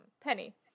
Penny